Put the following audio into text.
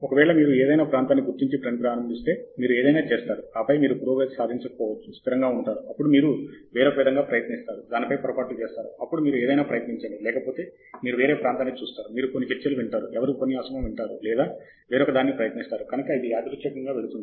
ఒక వేళ మీరు ఏదైనా ప్రాంతాన్ని గుర్తించి పని ప్రారంభిస్తే మీరు ఏదైనా చేస్తారు ఆపై మీరు పురోగతి సాధించకపోవచ్చు స్థిరంగా ఉంటారు అప్పుడు మీరు వేరొక విధముగా ప్రయత్నిస్తారు దానిపై పొరపాట్లు చేస్తారు అప్పుడు మీరు ఏదైనా ప్రయత్నించండి లేకపోతే మీరు వేరే ప్రాంతాన్ని చూస్తారు మీరు కొన్ని చర్చలు వింటారు ఎవరి ఉపన్యాసమో వింటారు లేదా వేరొక దానిని ప్రయత్నిస్తారు కనుక ఇది యాదృచ్ఛికంగా వెళుతుంది